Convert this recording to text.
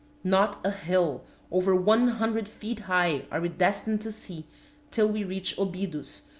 not a hill over one hundred feet high are we destined to see till we reach obidos,